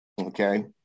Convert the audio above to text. okay